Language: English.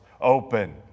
open